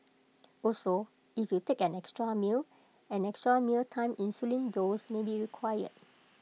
also if you take an extra meal an extra mealtime insulin dose may be required